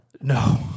No